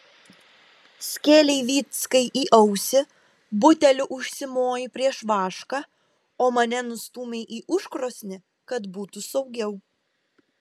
skėlei vyckai į ausį buteliu užsimojai prieš vašką o mane nustūmei į užkrosnį kad būtų saugiau